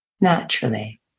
naturally